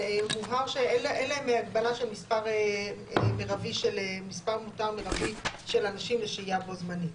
אבל הובהר שאין להם הגבלה של מספר מותר מרבי של אנשים לשהייה בו-זמנית.